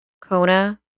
Kona